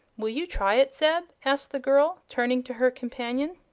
will you try it, zeb? asked the girl, turning to her companion.